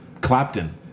Clapton